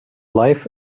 life